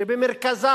שבמרכזה